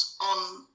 on